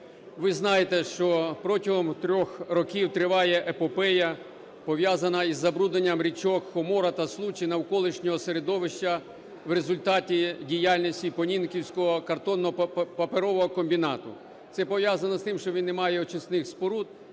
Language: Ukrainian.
ви знаєте, що протягом 3 років триває епопея, пов'язана з забрудненням річок Хомора та Случ і навколишнього середовища в результаті діяльності Понінківського картонно-паперового комбінату. Це пов'язано з тим, що він не має очисних споруд